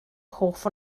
hoff